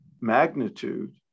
magnitude